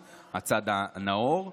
אתה רוצה, צ'יק-צ'ק.